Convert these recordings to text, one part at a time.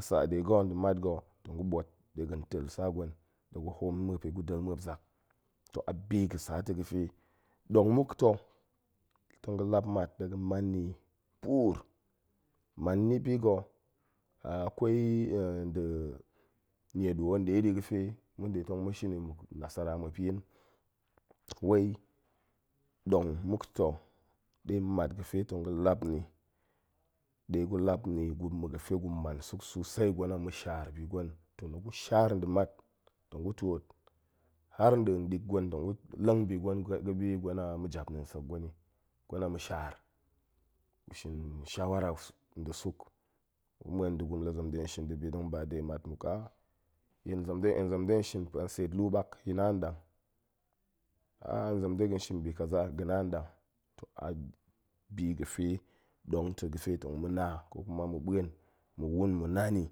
de ga̱ nda̱ mat ga̱ tong gu ɓoot ga̱ tel sa gwen ɗe gu hoom muop i, gu del muop zak, toh abi ga̱ sa ta̱ ɗong muk ta̱, la tong ga̱ lap mat ɗe ga̱ man ni puur, man ni bi ga̱. akai nda̱ nie nwo ɗe ɗi ga̱ fe mun ɗe tong mu shin i muk nasara muop yin, wai, ɗong muk ta̱ ɗe mat ga̱ fe tong ga̱ lat ni, ɗe gu lap ni gu ma̱ga̱fe gu man suk susai, gwen a ma̱shaar bi gwen, toh la gu shaar nda̱ mat tong gu twoot har nɗin nik gwen tong gu leng bi gwen ga̱bi gwen a ma̱japneen sek gwen i. gwen a ma̱shaar. gu shin shawara nda̱ suk. gu ma̱en nda̱ gurum la zem de shin dibi tong ba de mat muk hen seet luu ɓak yi na an ɗang, hen zem de ga̱n shin bi kaza, ga̱ na an ɗang. toh a bi ga̱fe ɗong ta̱ ga̱ fe ɗong ta̱ ga̱fe tong mu na kokuma ma̱ ma̱en, ma̱ wun ma̱ na ni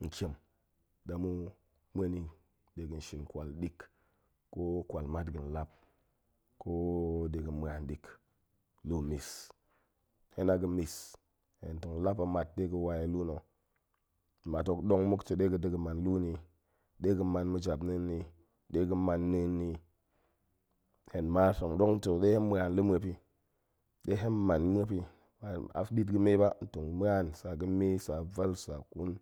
nkien ɗe ma̱ ma̱en ni de ga̱n shin kwal nik ko kwal mat ga̱n lap, ko de ga̱nma̱an nik luu mis. hen a ga̱ mis, hen tong lap mat ɗe ga̱ wa i luu na̱, mat hok ɗong muk ta̱ ɗe ga̱ da̱ man luu ni i, ɗe ga̱ man ma̱japnen ni i, ɗe ga̱ man neen neen ni i, hen ma tong ɗong ta̱ ɗe hen ma̱an luu muop i ɗe hen man muop i, a ɓit ga̱me ba, tong ma̱an sa ga̱me, sa vel, sa ƙun.